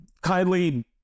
kindly